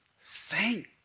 thank